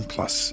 Plus